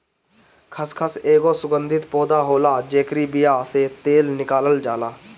खसखस एगो सुगंधित पौधा होला जेकरी बिया से तेल निकालल जाला